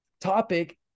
topic